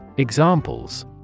Examples